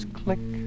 click